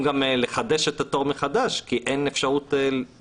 גם לחדש את התור מחדש כי אין אפשרות להתקשר.